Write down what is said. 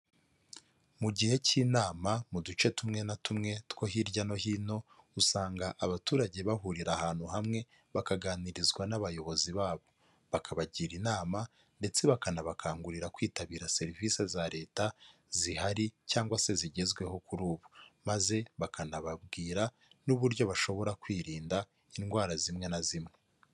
Mu gihe cy'inama, mu duce tumwe na tumwe two hirya no hino, usanga abaturage bahurira ahantu hamwe bakaganirizwa n'abayobozi babo. Bakabagira inama ndetse bakanabakangurira kwitabira serivisi za leta zihari cyangwa se zigezweho kuri ubu. Maze bakanababwira n'uburyo bashobora kwirinda indwara zimwe na zimwe.